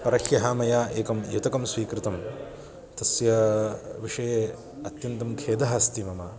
परह्यः मया एकं युतकं स्वीकृतं तस्य विषये अत्यन्तं खेदः अस्ति मम